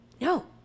no